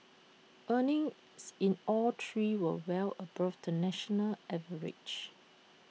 earnings in all three will well above the national average